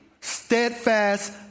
steadfast